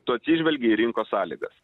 tu atsižvelgi į rinkos sąlygas